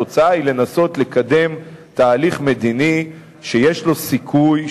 התוצאה היא לנסות ולקדם תהליך מדיני שיש לו סיכוי,